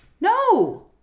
No